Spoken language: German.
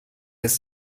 ist